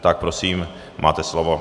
Tak prosím, máte slovo.